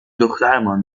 دخترمان